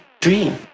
dream